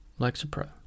Lexapro